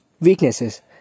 Weaknesses